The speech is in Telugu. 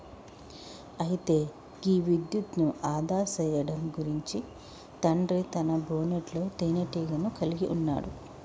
అయితే గీ విద్యుత్ను ఆదా సేయడం గురించి తండ్రి తన బోనెట్లో తీనేటీగను కలిగి ఉన్నాడు